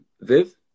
viv